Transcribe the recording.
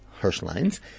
Hirschlines